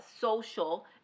social